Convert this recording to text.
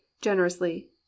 generously